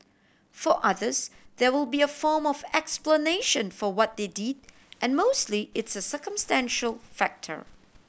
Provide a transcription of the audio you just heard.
for others there will be a form of explanation for what they did and mostly it's a circumstantial factor